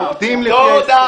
תודה.